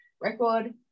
record